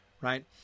right